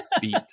beat